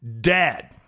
Dead